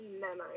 memory